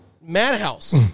madhouse